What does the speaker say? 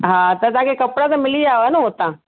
हा त तव्हांखे कपिड़ा त मिली विया हुयव न हुतां